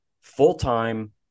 full-time